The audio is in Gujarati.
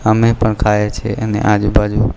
અમે પણ ખાઈએ છે ને આજુબાજુ